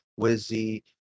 Wizzy